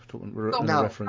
No